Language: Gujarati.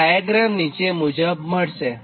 તો ડાયાગ્રામ નીચે મુજબ થશે